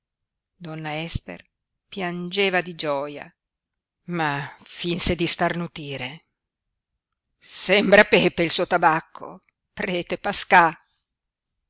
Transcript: donna ester piangeva di gioia ma finse di starnutire sembra pepe il suo tabacco prete paskà